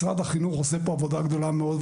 משרד החינוך עושה פה עבודה גדולה מאוד.